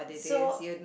so